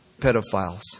pedophiles